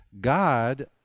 God